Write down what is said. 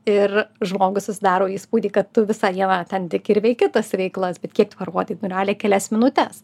ir žmogui susidaro įspūdį kad tu visą dieną ten tik ir veiki tas veiklas bet kiek tu parodai na realiai kelias minutes